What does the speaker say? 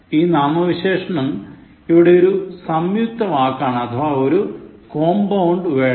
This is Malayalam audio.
ഈ നാമവിശേഷണം ഇവിടെ ഒരു സംയുക്തവാക്കാണ് അഥവാ ഒരു കോംമ്ബൌവ്ണ്ട് വേഡാണ്